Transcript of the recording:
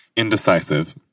Indecisive